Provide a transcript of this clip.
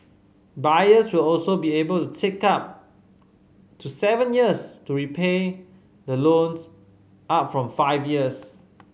buyers will also be able to take up to seven years to repay the loans up from five years